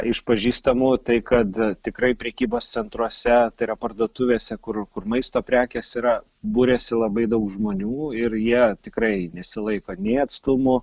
iš pažįstamų tai kad tikrai prekybos centruose tai yra parduotuvėse kur kur maisto prekės yra būrėsi labai daug žmonių ir jie tikrai nesilaiko nei atstumų